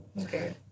Okay